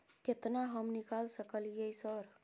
केतना हम निकाल सकलियै सर?